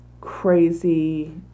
crazy